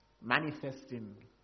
manifesting